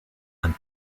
and